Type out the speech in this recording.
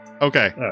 Okay